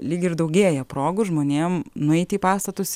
lyg ir daugėja progų žmonėm nueit į pastatus